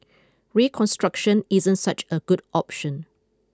reconstruction isn't such a good option